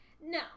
No